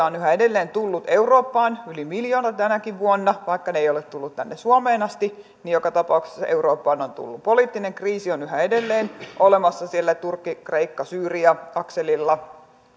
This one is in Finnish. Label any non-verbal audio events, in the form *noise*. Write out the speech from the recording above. *unintelligible* on yhä edelleen tullut eurooppaan yli miljoona tänäkin vuonna vaikka he eivät ole tulleet tänne suomeen asti niin joka tapauksessa eurooppaan on tullut poliittinen kriisi on yhä edelleen olemassa siellä turkki kreikka syyria akselilla